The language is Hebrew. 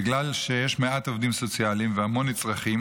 בגלל שיש מעט עובדים סוציאליים והמון נצרכים,